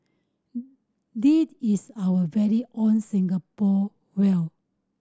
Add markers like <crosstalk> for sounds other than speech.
<noise> this is our very own Singapore whale